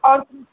आओर की